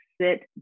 sit